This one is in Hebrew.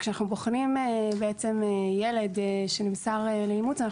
כשאנחנו בוחנים ילד שנמסר לאימוץ אנחנו